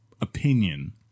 opinion